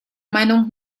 meinung